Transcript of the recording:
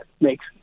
makes